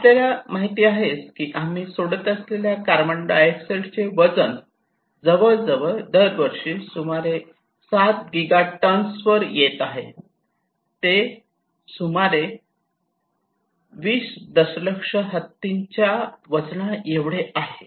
आपल्याला माहित आहे की आम्ही सोडत असलेल्या कार्बन डाय ऑक्साईडचे वजन जवळजवळ दर वर्षी सुमारे 7 गिगा टन्सवर येत आहे ते 2000 दशलक्ष हत्तींच्या वजनाएवढे आहे